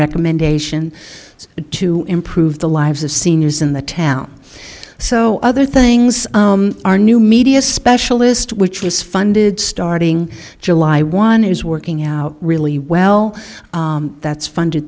recommendations to improve the lives of seniors in the town so other things are new media specialist which is funded starting july one is working out really well that's funded